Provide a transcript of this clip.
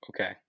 Okay